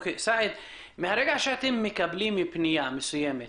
מהרגע שאתם מקבלים פניה מסוימת